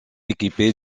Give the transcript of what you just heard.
équipées